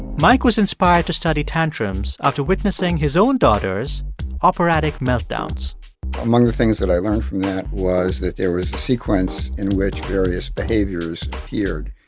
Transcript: mike was inspired to study tantrums after witnessing his own daughter's operatic meltdowns among the things that i learned from that was that there was a sequence in which various behaviors appeared,